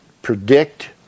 predict